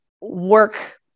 work